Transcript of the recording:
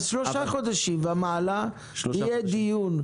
בעוד שלושה חודשים ומעלה יהיה דיון.